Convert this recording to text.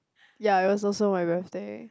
ya it was also my birthday